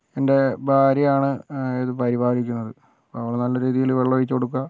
എൻ്റെ ഭാര്യയാണ് ഇത് പരിപാലിക്കുന്നത് അപ്പം അവൾ നല്ല രീതിയിൽ വെള്ളം ഒഴിച്ചുകൊടുക്കുക